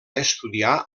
estudiar